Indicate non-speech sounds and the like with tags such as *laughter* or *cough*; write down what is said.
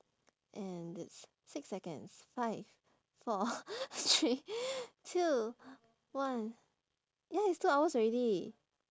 and it's six seconds five four *breath* three two one ya it's two hours already